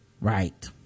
Right